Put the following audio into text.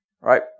right